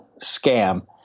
scam